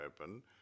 open